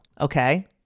Okay